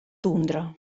tundra